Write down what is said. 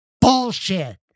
bullshit